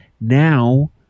Now